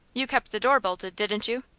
you kept the door bolted, didn't you?